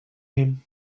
him